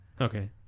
Okay